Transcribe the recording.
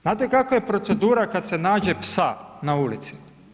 Znate kakva je procedura kad se nađe psa na ulici?